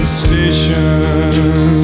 station